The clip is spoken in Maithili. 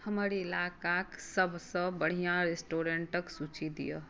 हमर इलाकाक सभसँ बढ़िआँ रेस्टोरेंटक सूची दिअ